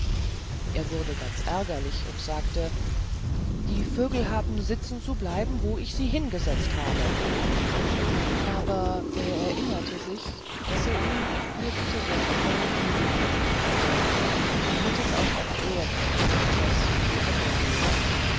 er wurde ganz ärgerlich und sagte die vögel haben sitzen zu bleiben wo ich sie hingesetzt habe aber er erinnerte sich daß er ihnen auf fürbitte der engel flügel verliehen hatte damit es auch auf erden so etwas wie engel gebe